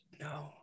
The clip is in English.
No